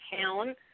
town